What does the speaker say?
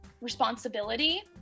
responsibility